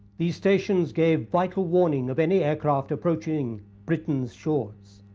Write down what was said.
these stations gave vital warning of any aircraft approaching britain's shores.